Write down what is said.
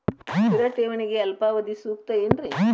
ಸ್ಥಿರ ಠೇವಣಿಗೆ ಅಲ್ಪಾವಧಿ ಸೂಕ್ತ ಏನ್ರಿ?